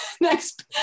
next